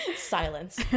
Silence